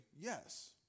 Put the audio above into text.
yes